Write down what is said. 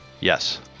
Yes